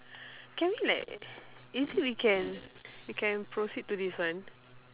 can we like is it we can we can proceed to this one